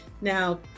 Now